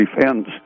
Defense